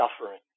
suffering